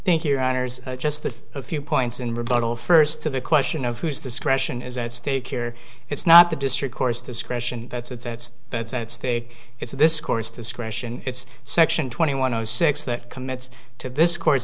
thank your honour's just a few points in rebuttal first to the question of whose discretion is at stake here it's not the district course discretion that's it that's at stake it's this course discretion it's section twenty one no six that commits to this course